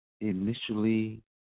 initially